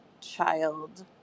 child